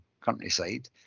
countryside